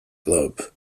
globe